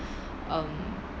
um